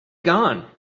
gone